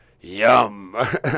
yum